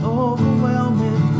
overwhelming